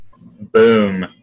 Boom